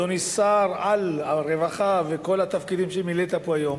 אדוני שר-על הרווחה וכל התפקידים שמילאת פה היום,